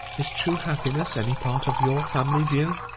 is true happiness any part of your family view